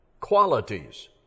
qualities